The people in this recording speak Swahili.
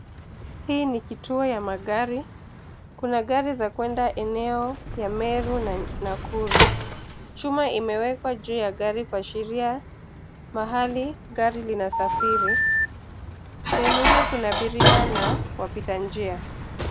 Hii ni kituo ya magari. Kuna gari za kwenda eneo ya Meru na Nakuru. Chuma imewekwa juu ya gari kuashiria, mahali gari linasafiri. Sehemu hii, kuna abiria na wapita njia.